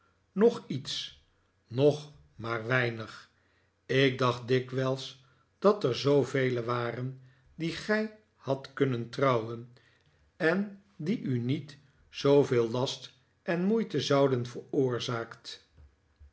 nog iets nog maar weinig ik dacht dikwijls dat er zoovelen waren die gij hadt kunnen trouwen en die u niet zooveel last en moeite zouden veroorzaakt